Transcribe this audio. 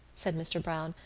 said mr. browne,